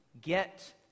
get